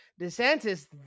DeSantis